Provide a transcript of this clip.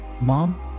Mom